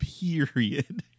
period